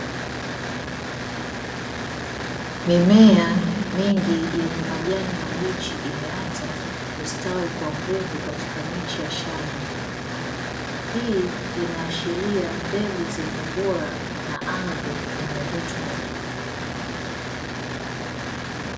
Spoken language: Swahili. Mimea mingi yenye majani mabichi imeanza kustawi kwa nguvu katika miche ya shamba, hii inaashiria mbegu zenye ubora na ardhi yenye rutuba.